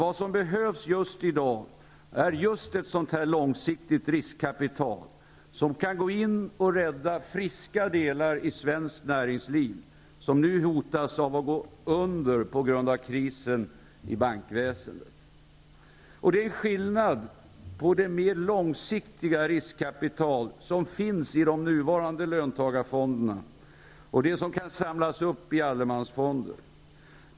Vad som behövs just i dag är ett sådant långsiktigt riskkapital som kan gå in och rädda ''friska delar'' av svenskt näringsliv, som nu hotas av att gå under på grund av krisen i bankväsendet. Det är skillnad mellan det mer långsiktiga riskkapital som finns i de nuvarande löntagarfonderna och det som kan samlas upp i allemansfonderna.